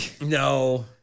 no